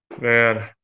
Man